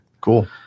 Cool